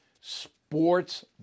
sports